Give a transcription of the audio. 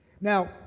Now